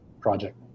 project